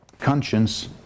conscience